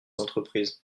entreprises